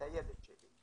הילד שלי.